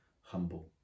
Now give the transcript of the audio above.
humble